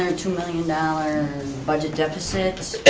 ah two million dollar budget deficits.